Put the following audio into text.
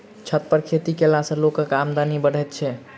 छत पर खेती कयला सॅ लोकक आमदनी बढ़ैत छै